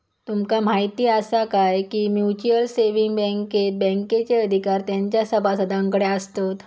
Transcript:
तुमका म्हायती आसा काय, की म्युच्युअल सेविंग बँकेत बँकेचे अधिकार तेंच्या सभासदांकडे आसतत